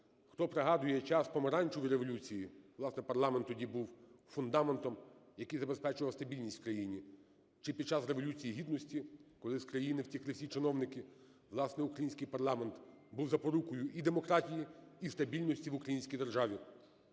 Хто пригадує час Помаранчевої революції, власне, парламент тоді був фундаментом, який забезпечував стабільність в країні, чи під час Революції Гідності, коли з країни втекли всі чиновники, власне, український парламент був запорукою і демократії, і стабільності в українській державі,